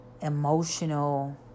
emotional